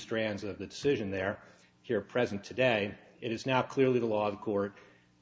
strands of the decision there here present today it is now clearly the law of court